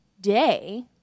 day